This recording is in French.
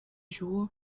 jour